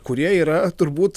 kurie yra turbūt